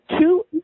two